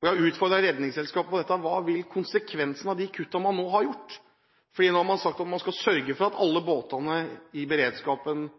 og som jeg har utfordret Redningsselskapet på, er: Hva blir konsekvensene av de kuttene man nå har gjort? Man har sagt at man skal sørge for at alle båtene i beredskapen